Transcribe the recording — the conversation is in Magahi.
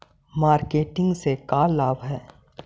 मार्किट से का लाभ है?